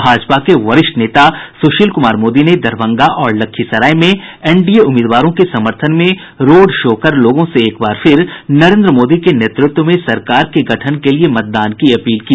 भाजपा के वरिष्ठ नेता सुशील कुमार मोदी ने दरभंगा और लखीसराय में एनडीए उम्मीदवारों के समर्थन में रोड शो कर लोगों से एक बार फिर नरेंद्र मोदी के नेतृत्व में सरकार के गठन के लिये मतदान की अपील की